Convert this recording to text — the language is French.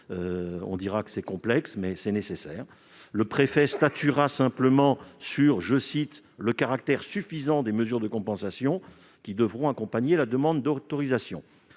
disposition est complexe, mais elle est nécessaire. Le préfet statuera simplement sur « le caractère suffisant » des mesures de compensation qui devront accompagner la demande d'autorisation.